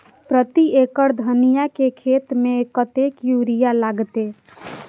प्रति एकड़ धनिया के खेत में कतेक यूरिया लगते?